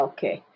Okay